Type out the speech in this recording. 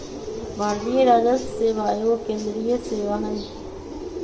भारतीय राजस्व सेवा एगो केंद्रीय सेवा हइ